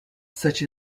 such